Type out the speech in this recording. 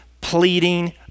pleading